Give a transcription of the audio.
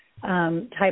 type